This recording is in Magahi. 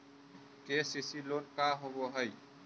के.सी.सी लोन का होब हइ?